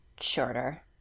shorter